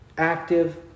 active